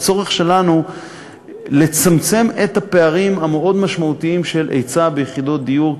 הצורך שלנו לצמצם את הפערים המאוד-משמעותיים של היצע ביחידות דיור.